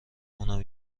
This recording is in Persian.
اونم